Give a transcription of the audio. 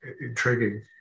intriguing